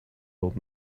old